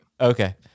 Okay